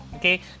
Okay